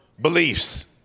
beliefs